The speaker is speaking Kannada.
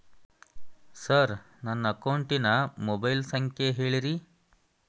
ಸರ್ ನನ್ನ ಅಕೌಂಟಿನ ಮೊಬೈಲ್ ಸಂಖ್ಯೆ ಹೇಳಿರಿ